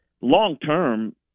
Long-term